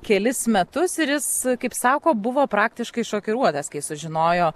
kelis metus ir jis kaip sako buvo praktiškai šokiruotas kai sužinojo